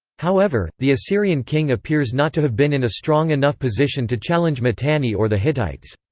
however, the assyrian king appears not to have been in a strong enough position to challenge mitanni or the hittites.